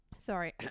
sorry